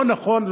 לא נכון,